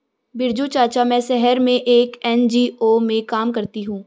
बिरजू चाचा, मैं शहर में एक एन.जी.ओ में काम करती हूं